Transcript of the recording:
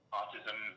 autism